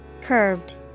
Curved